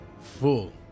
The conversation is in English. full